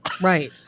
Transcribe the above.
Right